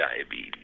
diabetes